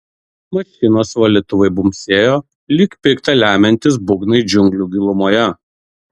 mašinos valytuvai bumbsėjo lyg pikta lemiantys būgnai džiunglių gilumoje